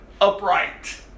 upright